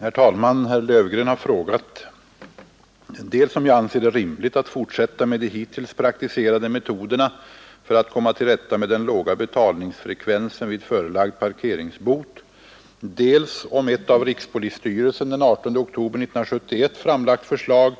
Herr talman! Herr Löfgren har frågat dels om jag anser det rimligt att fortsätta med de hittills praktiserade metoderna för att komma till rätta med den laga betalningsfrekvensen vid förelagd parkeringsbot. dels om ett av rikspolisstyrelsen den 18 oktober 1971 framlagt förslag